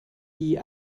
die